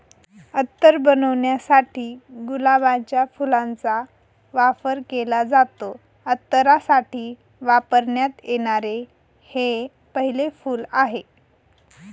अत्तर बनवण्यासाठी गुलाबाच्या फुलाचा वापर केला जातो, अत्तरासाठी वापरण्यात येणारे हे पहिले फूल आहे